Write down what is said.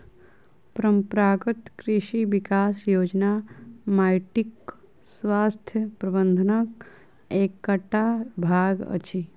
परंपरागत कृषि विकास योजना माइटक स्वास्थ्य प्रबंधनक एकटा भाग अछि